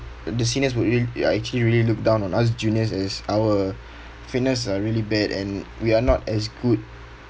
the seniors would rea~ uh actually really look down on us juniors as our fitness are really bad and we are not as good